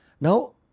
Now